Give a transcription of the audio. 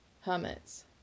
Hermits